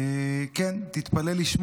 לא בטוח שכל החברים שלך בקואליציה יסכימו איתך.